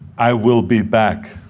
i will be back.